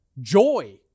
joy